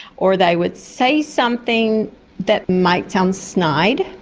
or they would say something that might sound snide.